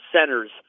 centers